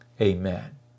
Amen